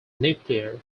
nuclear